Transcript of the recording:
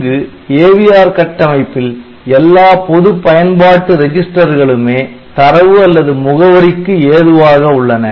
இங்கு AVR கட்டமைப்பில் எல்லா பொது பயன்பாட்டு ரெஜிஸ்டர்களுமே தரவு அல்லது முகவரிக்கு ஏதுவாக உள்ளன